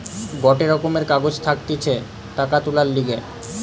গটে রকমের কাগজ থাকতিছে টাকা তুলার লিগে